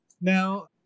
Now